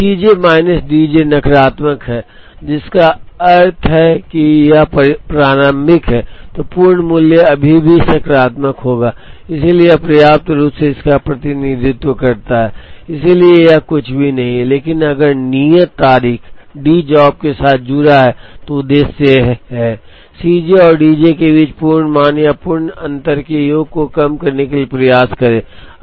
यदि C j minus D j नकारात्मक है जिसका अर्थ है कि यह प्रारंभिक है तो पूर्ण मूल्य अभी भी सकारात्मक होगा इसलिए यह पर्याप्त रूप से इसका प्रतिनिधित्व करता है इसलिए यह कुछ भी नहीं है लेकिन अगर नियत तारीख डी जॉब के साथ जुड़ा हुआ है तो उद्देश्य है C j और D j के बीच पूर्ण मान या पूर्ण अंतर के योग को कम करने के लिए प्रयास करें